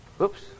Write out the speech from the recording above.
Oops